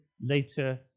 later